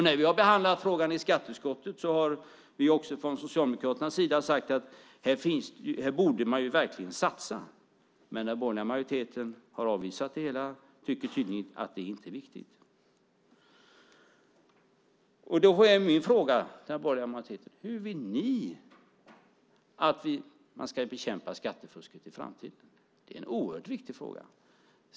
När vi har behandlat frågan i skatteutskottet har vi från Socialdemokraternas sida sagt att här borde man verkligen satsa. Men den borgerliga majoriteten har avvisat det hela och tycker tydligen att det inte är viktigt. Min fråga till den borgerliga majoriteten är: Hur vill ni att man ska bekämpa skattefusket i framtiden? Det är en oerhört viktig fråga.